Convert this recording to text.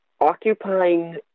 occupying